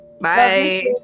bye